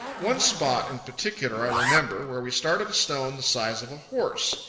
one spot in particular i remember, where we started a stone the size of a horse.